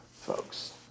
folks